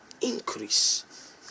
increase